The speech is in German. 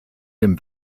dem